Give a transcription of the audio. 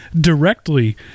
directly